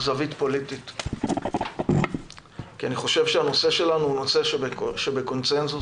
זווית פוליטית כי הנושא שלנו נמצא בקונצנזוס.